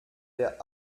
der